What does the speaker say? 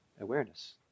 awareness